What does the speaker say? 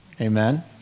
Amen